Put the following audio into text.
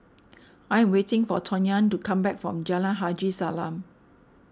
I'm waiting for Tonya to come back from Jalan Haji Salam